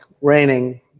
raining